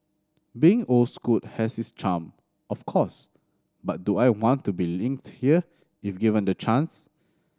being old school has its charm of course but do I want to be inked here if given the chance